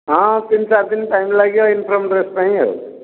ହଁ ତିନି ଚାରି ଦିନ ଟାଇମ୍ ଲାଗିବ ୟୁନିଫର୍ମ୍ ଡ୍ରେସ୍ ପାଇଁ ଆଉ